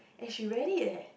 and she read it eh